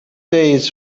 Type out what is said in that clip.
days